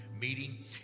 Meeting